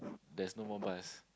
there's no more bus